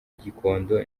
gikondo